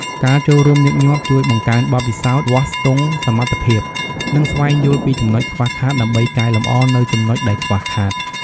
ការចូលរួមញឹកញាប់ជួយបង្កើនបទពិសោធន៍ វាស់ស្ទង់សមត្ថភាព និងស្វែងយល់ពីចំណុចខ្វះខាតដើម្បីកែលម្អនូវចំណុចដែរខ្វះខាត ។